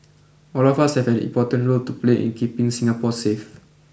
all of us have an important role to play in keeping Singapore safe